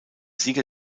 sieger